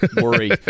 worry